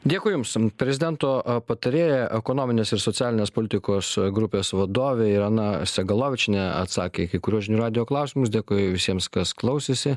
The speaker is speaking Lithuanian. dėkui jums prezidento patarėja ekonominės ir socialinės politikos grupės vadovė irena sagalavičienė atsakė į kai kuriuos žinių radijo klausimus dėkojo visiems kas klausėsi